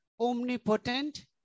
omnipotent